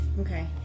Okay